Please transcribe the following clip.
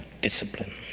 discipline